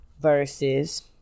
verses